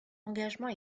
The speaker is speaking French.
engagement